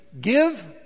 Give